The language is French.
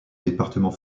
département